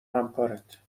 همکارت